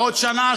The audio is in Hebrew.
בעוד שנה,